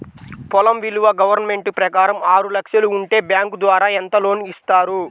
పొలం విలువ గవర్నమెంట్ ప్రకారం ఆరు లక్షలు ఉంటే బ్యాంకు ద్వారా ఎంత లోన్ ఇస్తారు?